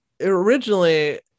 originally